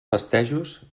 festejos